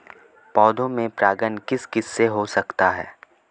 पौधों में परागण किस किससे हो सकता है?